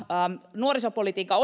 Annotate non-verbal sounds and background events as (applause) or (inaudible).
nuorisopolitiikan (unintelligible)